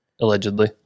allegedly